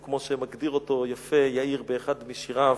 או כמו שמגדיר אותו יפה "יאיר" באחד משיריו